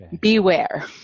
beware